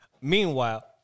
Meanwhile